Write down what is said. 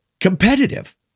Competitive